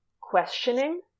questioning